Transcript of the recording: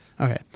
Okay